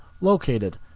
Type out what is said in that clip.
located